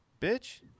bitch